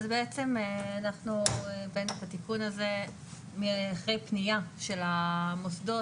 אנחנו הבאנו את התיקון הזה אחרי פנייה של המוסדות,